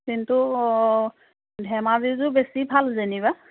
কিন্তু ধেমাজিযোৰ বেছি ভাল যেনিবা